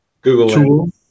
Google